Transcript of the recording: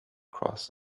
cross